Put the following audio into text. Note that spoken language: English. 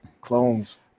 clones